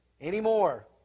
anymore